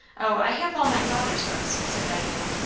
o, i have all my father's books, said diana.